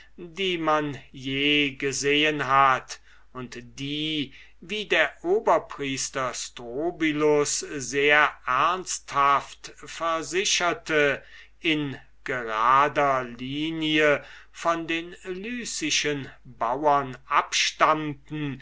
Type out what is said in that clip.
die man je gesehen hat und die wie der priester strobylus sehr ernsthaft versicherte in gerader linie von den lycischen bauren abstammten